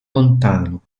lontano